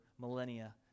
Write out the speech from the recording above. millennia